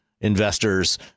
investors